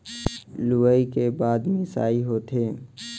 लुवई के बाद मिंसाई होथे